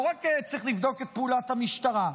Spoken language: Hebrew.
לא רק צריך לבדוק את פעולת המשטרה,